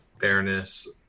Fairness